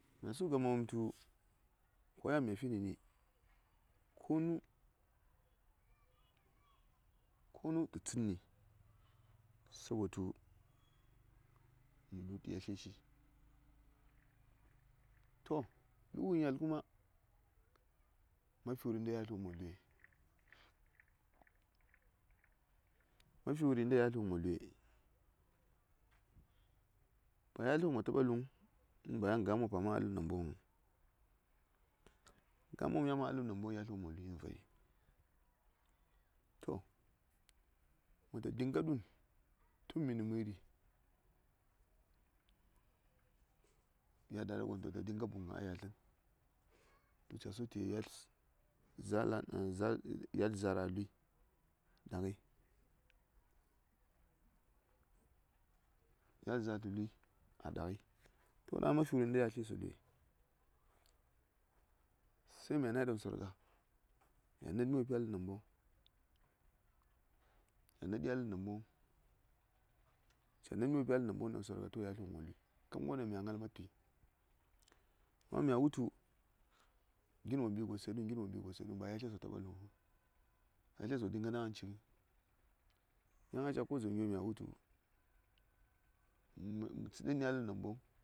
mya su gama wom tu ko yan myafi nɚ ni konu konu tɚ tsɚtni sabotu mɚ lud yatlɚshi to lu ngən yatl kuma mafi wuri inda yatl wom wo luye ba yalt wom wo taɓa luŋ in yan ba gam wom a man taɓa haɗa a ləb nambon nyiŋ gam wom ya haɗa ləb nambon nyi yalt wom wo lui nə vari to məta dinga ɗun tun mi nə məri gya dada gom tə dinga buŋ ngan nə ya tlən tu ca su tə yalt zaara lui ɗa ngəi yalt zaar tu lui a ɗa ngəi to ɗaŋni ma fi wuri inta yatle wo luye? se mya nai ɗaŋ sor nga mya nad mi wopi a ləb namboŋ mya naɗi a ləb namboŋ my nad mi wopi a ləb nambon nyi ɗaŋ sor nga to yaltwom wo lui kab ngər won ɗaŋ mya ngal ma tui amma mya wutu gi wo mbi gos ce ɗun gin wo mbi gos ce ɗun ba yatles wo taɓa luŋ yatles wo dinga na ngən ci ngəi yan a ca ko dzaŋ gyo mya wutu mə tsənin ni a ləb namboŋ